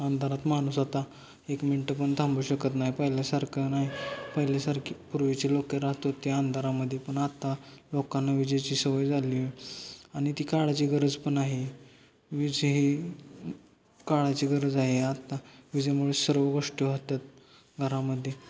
अंधारात माणूस आता एक मिनटं पण थांबू शकत नाही पहिल्यासारखा नाही पहिल्यासारखी पूर्वीचे लोक राहत होते अंधारामध्ये पण आता लोकांना विजेची सवय झाली आणि ती काळाची गरज पण आहे वीज ही काळाची गरज आहे आत्ता विजेमुळे सर्व गोष्टी होतात घरामध्ये